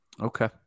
Okay